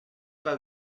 pas